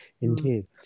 indeed